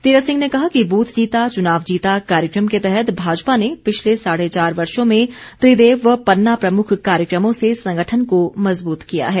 तीर्थ सिंह ने कहा कि ब्रथ जीता चुनाव जीता कार्यक्रम के तहत भाजपा ने पिछले साढ़े चार वर्षो में त्रिदेव व पन्ना प्रमुख कार्यक्रमों से संगठन को मज़बूत किया है